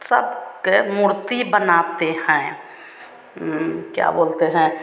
सब के मूर्ति बनाते हैं क्या बोलते हैं